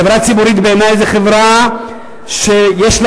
חברה ציבורית בעיני היא חברה שיש לה